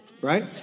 right